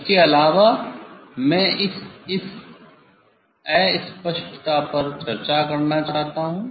इसके अलावा मैं इस अस्पष्टता पर चर्चा करना चाहता हूँ